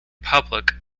public